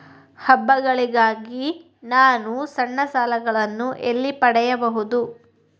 ಹಬ್ಬಗಳಿಗಾಗಿ ನಾನು ಸಣ್ಣ ಸಾಲಗಳನ್ನು ಎಲ್ಲಿ ಪಡೆಯಬಹುದು?